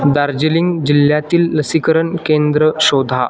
दार्जिलिंग जिल्ह्यातील लसीकरण केंद्र शोधा